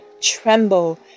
tremble